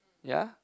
ya